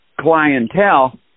clientele